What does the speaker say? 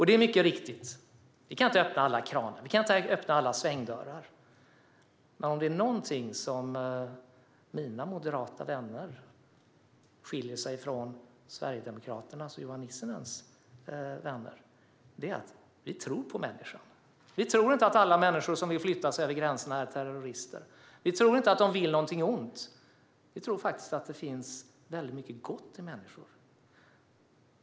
Det är mycket riktigt att vi inte kan öppna alla kranar och alla svängdörrar. Men om det är i någonting som mina moderata vänner skiljer sig från Sverigedemokraterna och Johan Nissinens vänner är det att vi tror på människan. Vi tror inte att alla människor som vill förflytta sig över gränserna är terrorister. Vi tror inte att de vill något ont. Vi tror faktiskt att det finns väldigt mycket gott i människor.